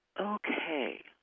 Okay